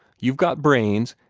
you've got brains,